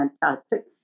fantastic